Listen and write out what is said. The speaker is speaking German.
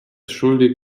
schuldig